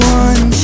one